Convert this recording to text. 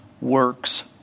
works